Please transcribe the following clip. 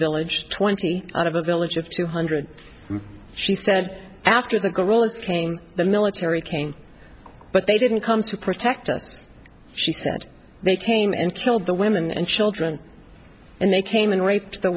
village twenty out of a village of two hundred she said after the guerrillas came the military came but they didn't come to protect us she said they came and killed the women and children and they came and raped the